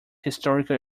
historical